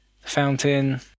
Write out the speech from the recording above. fountain